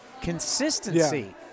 consistency